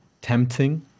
tempting